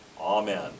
Amen